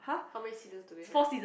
how many seasons do they have